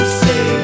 say